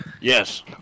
Yes